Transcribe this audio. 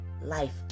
life